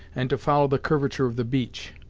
and to follow the curvature of the beach.